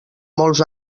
molts